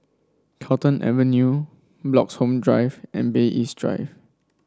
Carlton Avenue Bloxhome Drive and Bay East Drive